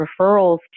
referrals